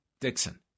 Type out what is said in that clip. Dixon